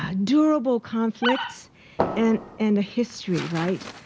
ah durable conflicts and and a history, right?